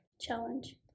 Challenge